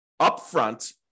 upfront